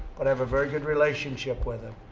but i have a very good relationship with him.